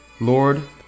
Lord